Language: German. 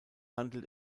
handelt